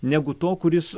negu to kuris